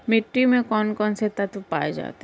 मिट्टी में कौन कौन से तत्व पाए जाते हैं?